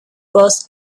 bass